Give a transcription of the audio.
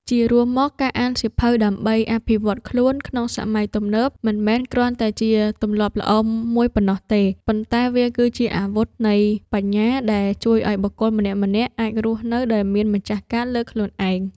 ជារួមមក ការអានសៀវភៅដើម្បីអភិវឌ្ឍខ្លួនក្នុងសម័យទំនើប មិនមែនគ្រាន់តែជាទម្លាប់ល្អមួយប៉ុណ្ណោះទេ ប៉ុន្តែវាគឺជាអាវុធនៃបញ្ញាដែលជួយឱ្យបុគ្គលម្នាក់ៗអាចរស់នៅដោយមានម្ចាស់ការលើខ្លួនឯង។